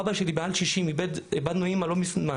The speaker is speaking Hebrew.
אבא שלי מעל 60. איבדנו אימא לא מזמן,